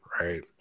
right